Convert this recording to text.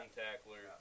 tackler